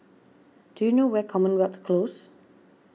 do you know where is Commonwealth Close